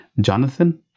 Jonathan